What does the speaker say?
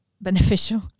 beneficial